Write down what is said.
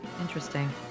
Interesting